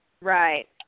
right